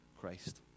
Christ